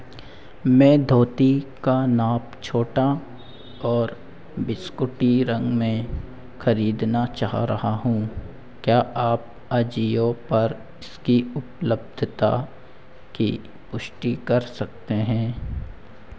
मैं धोती का नाप छोटा और बिस्कुटी रंग में खरीदना चाह रहा हूँ क्या आप आजियो पर इसकी उपलब्धता की पुष्टि कर सकते हैं